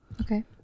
Okay